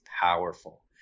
powerful